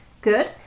Good